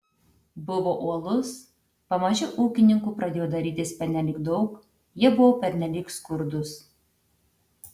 buvo uolus pamaži ūkininkų pradėjo darytis pernelyg daug jie buvo pernelyg skurdūs